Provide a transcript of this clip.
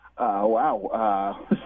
Wow